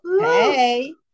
Hey